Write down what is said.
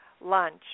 lunch